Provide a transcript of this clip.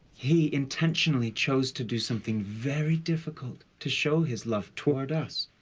he intentionally chose to do something very difficult to show his love toward us.